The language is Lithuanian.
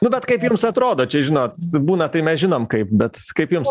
nu bet kaip jums atrodo čia žinot būna tai mes žinom kaip bet kaip jums